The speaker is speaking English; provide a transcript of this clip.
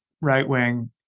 right-wing